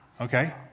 okay